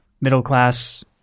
middle-class